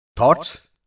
THOUGHTS